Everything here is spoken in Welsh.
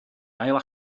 ail